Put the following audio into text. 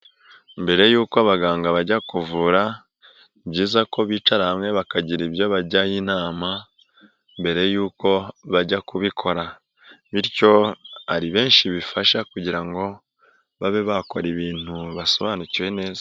Mbere y'uko abaganga bajya kuvura ni byiza ko bicara hamwe bakagira ibyo bajyaho inama mbere y'uko bajya kubikora bityo hari benshi bifasha kugira ngo babe bakora ibintu basobanukiwe neza.